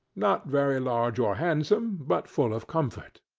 not very large or handsome, but full of comfort.